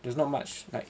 there's not much like